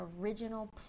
original